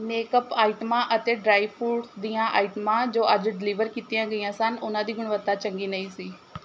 makeup ਆਈਟਮਾਂ ਅਤੇ dry fruit ਦੀਆਂ ਆਈਟਮਾਂ ਜੋ ਅੱਜ ਡਿਲੀਵਰ ਕੀਤੀਆਂ ਗਈਆਂ ਸਨ ਉਨ੍ਹਾਂ ਦੀ ਗੁਣਵੱਤਾ ਚੰਗੀ ਨਹੀਂ ਸੀ